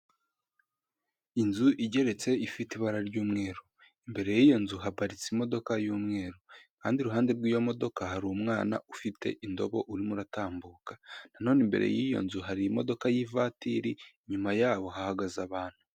Inzu igeretse ifite ibara ry'umweru imbere y'iyo nzu haparitse imodoka y'umweru kandi iruhande rw'iyo modoka hari umwana ufite indobo urimo uratambuka, na none imbere y'iyo nzu hari imodoka y'ivatiri inyuma yaho hahagaze abantu.